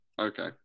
okay